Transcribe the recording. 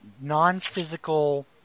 non-physical